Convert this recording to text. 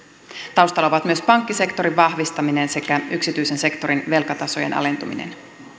taustalla ovat myös pankkisektorin vahvistaminen sekä yksityisen sektorin velkatasojen alentuminen